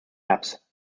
apps